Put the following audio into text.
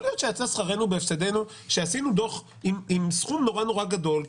יכול להיות שיצא שכרנו בהפסדנו כשעשינו דוח עם סכום גדול מאוד,